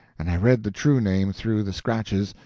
and i read the true name through the scratches,